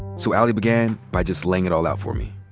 so ali began by just laying it all out for me.